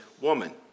woman